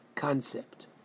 concept